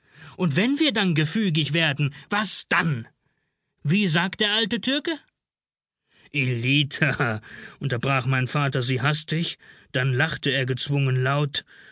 und wenn wir dann zu gefügig werden was dann wie sagt der alte türke ellita unterbrach mein vater sie hastig dann lachte er gezwungen laut